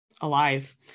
alive